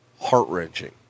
heart-wrenching